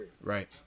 Right